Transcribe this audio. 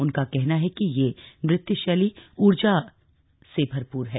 उनका कहना है कि यह नृत्य शैली ऊर्जा से भरपूर है